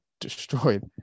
destroyed